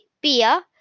Beer